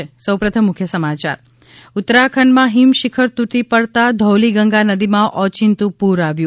ઃ ઉત્તરાખંડમાં હિમ શિખર તુટી પડતાં ઘૌલી ગંગા નદીમાં ઓચીંતું પુર આવ્યું